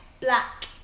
Black